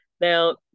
Now